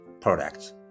products